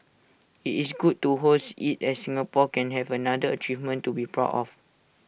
IT is good to host IT as Singapore can have another achievement to be proud of